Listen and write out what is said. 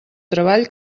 treball